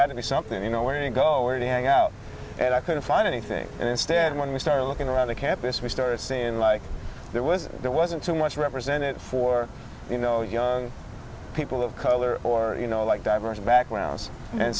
had to be something you know where to go where to hang out and i couldn't find anything and instead when we started looking around the campus we started scene like there was there wasn't so much represented for you know young people of color or you know like diverse backgrounds and